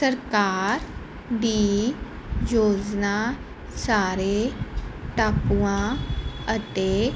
ਸਰਕਾਰ ਦੀ ਯੋਜਨਾ ਸਾਰੇ ਟਾਪੂਆਂ ਅਤੇ